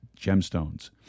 gemstones